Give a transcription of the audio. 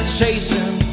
chasing